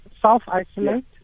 self-isolate